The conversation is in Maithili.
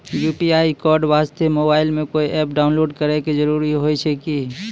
यु.पी.आई कोड वास्ते मोबाइल मे कोय एप्प डाउनलोड करे के जरूरी होय छै की?